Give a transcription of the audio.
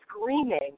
screaming